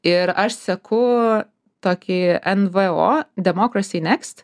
ir aš seku tokį n v o demokrasy nekst